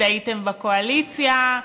הייתם בקואליציה,